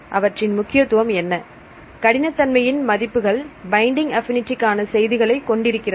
அவற்றின் முக்கியத்துவம் என்ன கடினத்தன்மை இன் மதிப்புகள் பைண்டிங் அப்பினிடி காண செய்திகளை கொண்டிருக்கிறது